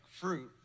fruit